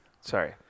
Sorry